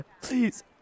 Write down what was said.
Please